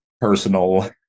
personal